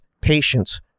Patience